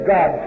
God